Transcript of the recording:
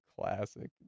classic